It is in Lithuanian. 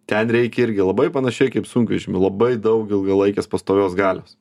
ten reikia irgi labai panašiai kaip sunkvežimiui labai daug ilgalaikės pastovios galios